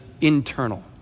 internal